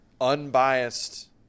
unbiased